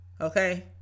Okay